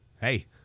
Hey